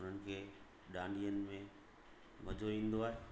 उन्हनि खे डांडियन में मज़ो ईंदो आहे